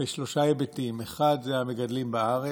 בשלושה היבטים: אחד זה המגדלים בארץ,